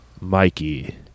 Mikey